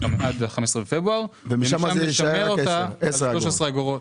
ה-15 בפברואר, ומשם לשמר אותה על 13 אגורות.